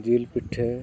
ᱡᱤᱞ ᱯᱤᱴᱷᱟᱹ